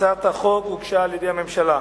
הצעת החוק הוגשה על-ידי הממשלה.